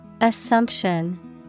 Assumption